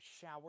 shower